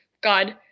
God